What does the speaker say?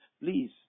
please